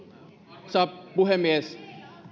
arvoisa puhemies